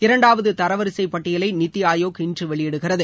இரண்டாவது தரவரிசைப் பட்டியலை நித்தி ஆயோக் இன்று வெளியிடுகிறது